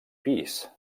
pis